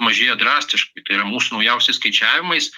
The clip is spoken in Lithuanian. mažėja drastiškai tai yra mūsų naujausiais skaičiavimais